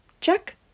Check